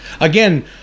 Again